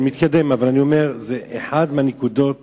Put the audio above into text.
כן, מתקדם, אבל אני אומר: זו אחת הנקודות